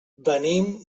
venim